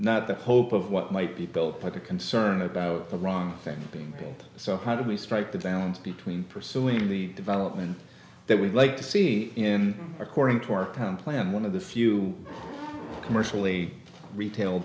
not the hope of what might be built but the concern about the wrong things being killed so how do we strike the balance between pursuing the development that we'd like to see in according to our power plant one of the few commercially retail